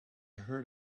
heard